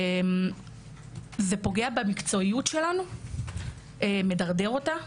זה פוגע במקצועיות שלנו ומידרדר אותה,